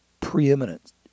preeminent